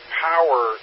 power